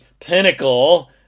pinnacle